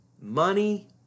money